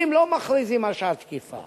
אם לא מכריזים על שעת תקיפה,